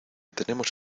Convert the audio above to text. tenemos